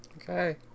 Okay